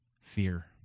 fear